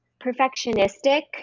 perfectionistic